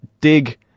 dig